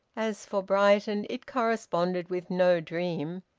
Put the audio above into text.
as for brighton, it corresponded with no dream.